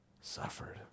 suffered